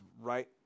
right